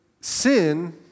sin